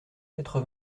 quatre